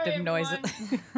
noises